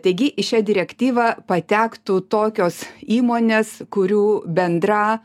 taigi į šią direktyvą patektų tokios įmonės kurių bendra